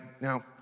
Now